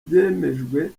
byemejwe